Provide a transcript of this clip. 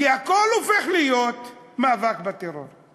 כי הכול הופך להיות מאבק בטרור.